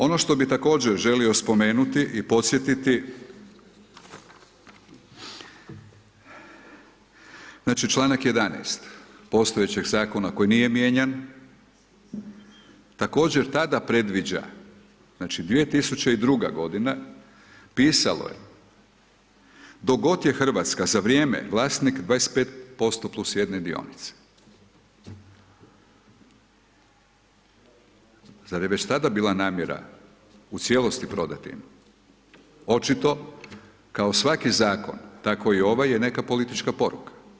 Ono što bi također želio spomenuti i podsjetiti, znači članak 11. postojećeg zakona koji nije mijenjan također tada predviđa znači 2002. godina pisalo je dok god je Hrvatska za vrijeme vlasnik 25% plus 1 dionice, zar je već tada bila namjera u cijelosti prodat INU, očito kao svaki zakon tako i ovaj je neka politička poruka.